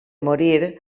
morir